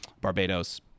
Barbados